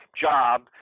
job